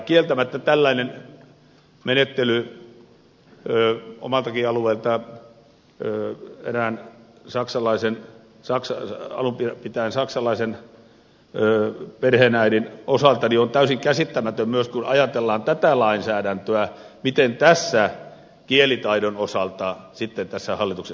kieltämättä tällainen menettely omaltakin alueeltani erään alun pitäen saksalaisen perheenäidin osalta on täysin käsittämätön myös kun ajatellaan tätä lainsäädäntöä miten tässä hallituksen esityksessä kielitaidon osalta sitten menetellään